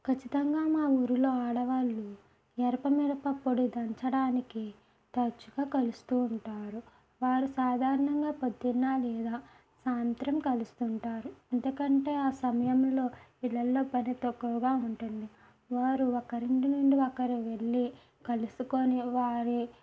ఖచ్చితంగా మా ఊర్లో ఆడవాళ్ళు ఎర్ర మిరపపొడి దంచడానికి తరచుగా కలుస్తుంటారు వారు సాదరణంగా పొద్దున్న లేదా సాయంత్రం కలుస్తుంటారు ఎందుకంటే ఆ సమయంలో పిల్లల పని తక్కువగా ఉంటుంది వారు ఒకరి ఇంటి నుండి ఒకరు వెళ్ళి కలుసుకుని వారి